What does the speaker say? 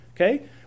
Okay